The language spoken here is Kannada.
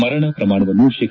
ಮರಣ ಶ್ರಮಾಣವನ್ನು ಶೇ